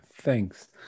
Thanks